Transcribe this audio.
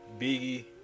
Biggie